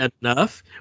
enough